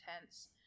intense